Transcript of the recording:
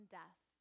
death